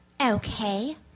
Okay